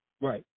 Right